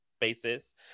basis